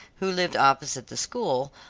who lived opposite the school,